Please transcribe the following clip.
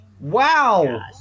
Wow